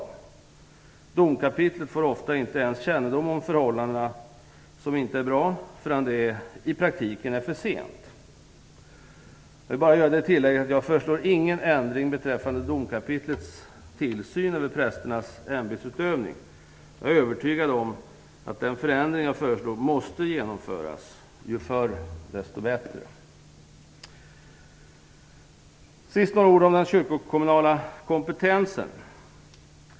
Domkapitlet får ofta inte ens kännedom om förhållandena förrän det i praktiken är för sent. Jag vill tillägga att jag inte föreslår någon ändring när det gäller domkapitlets tillsyn över prästernas ämbetsutövning. Jag är övertygad om att den förändring jag föreslår måste genomföras; ju förr desto bättre. Till sist vill jag säga några ord om den kyrkokommunala kompetensen.